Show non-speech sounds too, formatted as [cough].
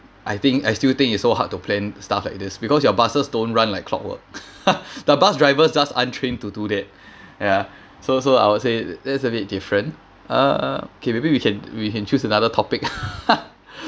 I think I still think it's so hard to plan stuff like this because your buses don't run like clockwork [laughs] the bus drivers just untrained to do that ya so so I would say that's a bit different uh uh okay maybe we can we can choose another topic [laughs]